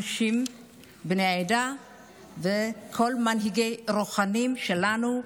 בני העדה וכל המנהיגים הרוחניים שלנו,